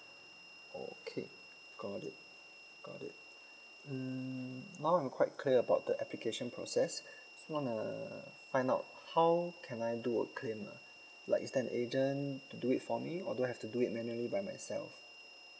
okay got it got it mm now I'm quite clear about the application process just wanna find out how can I do a claim ah like is there an agent to do it for me or do I have to do it manually by myself